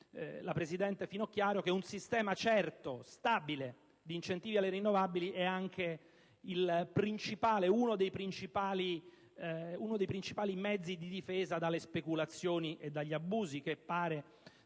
la presidente Finocchiaro, che un sistema certo e stabile di incentivi alle energie rinnovabili è anche uno dei principali mezzi di difesa dalle speculazioni e dagli abusi che pare